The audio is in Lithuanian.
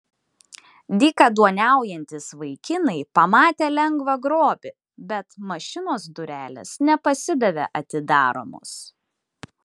dykaduoniaujantys vaikinai pamatė lengvą grobį bet mašinos durelės nepasidavė atidaromos